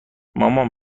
مامان